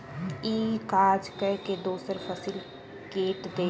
ई काज कय के दोसर फसिल कैट देब